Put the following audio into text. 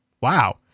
Wow